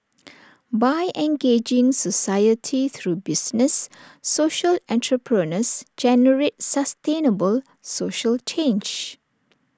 by engaging society through business social entrepreneurs generate sustainable social change